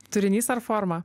turinys ar forma